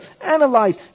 analyze